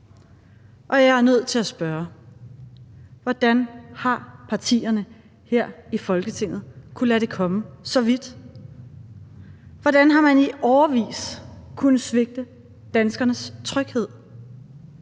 Jeg er nødt til at spørge: Hvordan har partierne her i Folketinget kunnet lade det komme så vidt? Hvordan har man i årevis kunnet svigte danskernes tryghed?